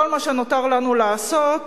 כל מה שנותר לנו לעשות